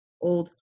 old